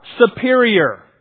superior